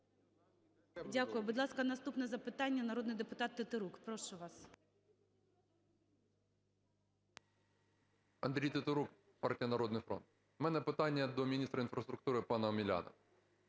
Дякую. Будь ласка, наступне запитання - народний депутат Тетерук. Прошу вас. 11:06:15 ТЕТЕРУК А.А. Андрій Тетерук, партія "Народний фронт". У мене питання до міністра інфраструктури пана Омеляна.